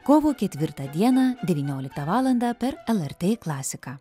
kovo ketvirtą dieną devynioliktą valandą per el er tė klasiką